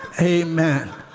amen